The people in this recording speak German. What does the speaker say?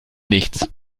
nichts